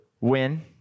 win